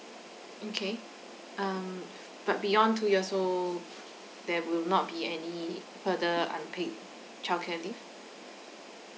okay um but beyond two years old there will not be any further unpaid childcare leave